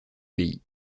pays